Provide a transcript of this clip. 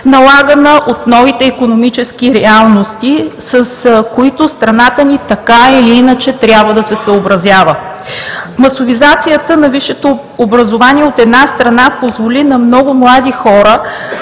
налагана от новите икономически реалности, с които страната ни така или иначе трябва да се съобразява. Масовизацията на висшето образование, от една страна, позволи на много млади хора